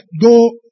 go